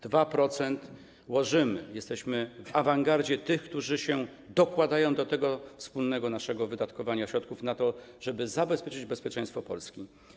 2% łożymy, jesteśmy w awangardzie tych, którzy się dokładają do wspólnego naszego wydatkowania środków na to, żeby zapewnić bezpieczeństwo Polski.